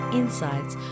insights